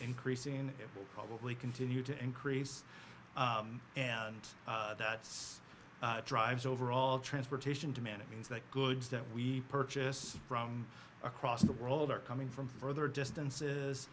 increasing it will probably continue to increase and that's drives overall transportation to manage means that goods that we purchase from across the world are coming from further distances